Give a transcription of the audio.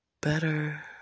better